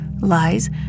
lies